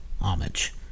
homage